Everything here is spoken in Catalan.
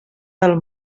del